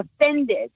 offended